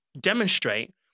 demonstrate